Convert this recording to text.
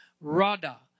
rada